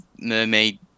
mermaid